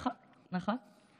נכון, נכון.